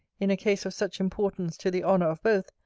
in a case of such importance to the honour of both,